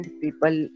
people